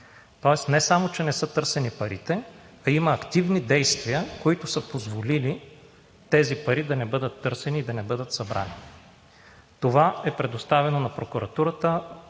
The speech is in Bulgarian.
Тоест не само че не са търсени парите, а има активни действия, които са позволили тези пари да не бъдат търсени и да не бъдат събрани. Това е предоставено на прокуратурата,